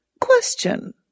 Question